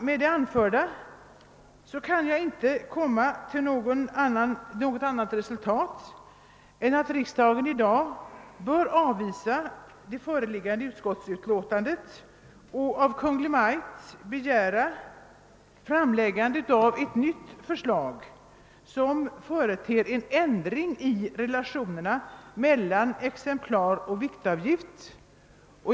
Med det anförda kan jag inte komma till något annat resultat än att riksdagen i dag bör avvisa det föreliggande utskottsutlåtandet och av Kungl. Maj:t begära framläggandet av ett nytt förslag som företer en ändring i relationerna mellan exemplar och viktavgifterna.